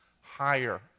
higher